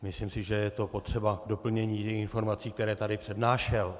Myslím si, že je to potřeba k doplnění těch informací, které tady přednášel.